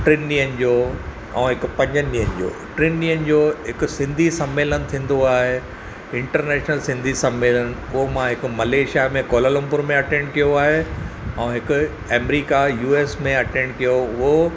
टिन ॾीहंनि जो ऐं हिक पंजनि ॾींहनि जो टिन ॾींहनि जो हिकु सिंधी सम्मेलन थींदो आहे इंटर्नेशनल सिंधी समेलन उहो मां हिक मलेशिया में कुआला लंपुर में अटेंड कयो आहे ऐं हिक एमरिका यू एस में अटेंड कयो उहो